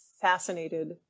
fascinated